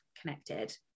Connected